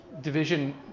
division